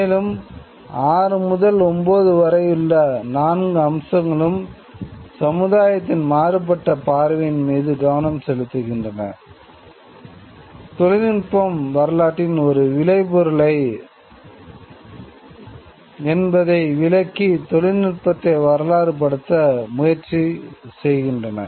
மேலும் 6 முதல் 9 வரையுள்ள நான்கு அம்சங்களும் சமுதாயத்தின் மாறுபட்ட பார்வையின் மீது கவனம் செலுத்துகின்றன தொழில்நுட்பம் வரலாற்றின் ஒரு விளைப்பொருள் என்பதை விளக்கி தொழில்நுட்பத்தை வரலாற்றுப்படுத்த முயற்சி செய்கின்றன